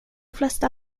flesta